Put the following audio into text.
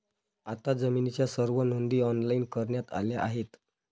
आता जमिनीच्या सर्व नोंदी ऑनलाइन करण्यात आल्या आहेत